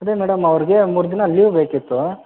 ಅದೇ ಮೇಡಮ್ ಅವ್ರಿಗೆ ಮೂರು ದಿನ ಲೀವ್ ಬೇಕಿತ್ತು